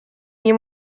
nie